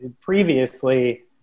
previously